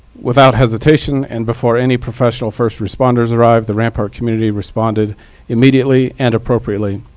without hesitation, and before any professional first responders arrived, the rampart community responded immediately and appropriately.